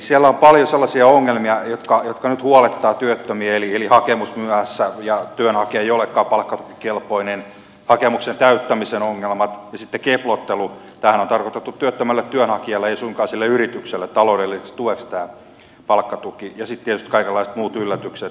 siellä on paljon sellaisia ongelmia jotka nyt huolettavat työttömiä eli hakemus myöhässä ja työnhakija ei olekaan palkkatukikelpoinen hakemuksen täyttämisen ongelmat keplottelu tämä palkkatukihan on tarkoitettu työttömälle työnhakijalle ei suinkaan sille yritykselle taloudelliseksi tueksi ja sitten tietysti kaikenlaiset muut yllätykset